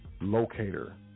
locator